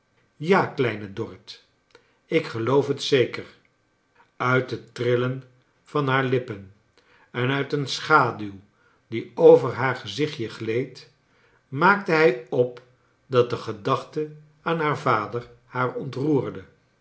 kleine dorrit ik geloof bet zeker uit bet trillen van baar lippen en uit een schaduw die over haar gezichtje gleed maakte hij op dat de gedachte aan haar vader haar ontroerde